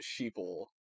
sheeple